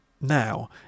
now